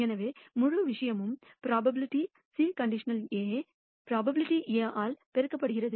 எனவே முழு விஷயமும் P C | A P ஆல் பெருக்கப்படுகிறது